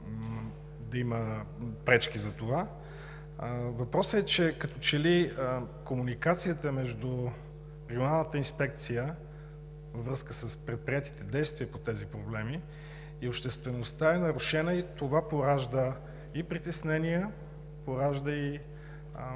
да има пречки за това, че като че ли комуникацията между Регионалната инспекция във връзка с предприетите действия по тези проблеми и обществеността е нарушена, а това поражда и притеснения, поражда и